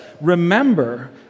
remember